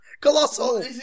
Colossal